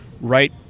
right